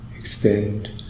Extend